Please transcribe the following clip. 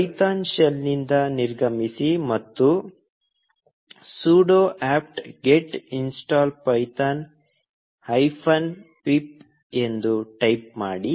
Python ಶೆಲ್ನಿಂದ ನಿರ್ಗಮಿಸಿ ಮತ್ತು sudo apt get install python hyphen pip ಎಂದು ಟೈಪ್ ಮಾಡಿ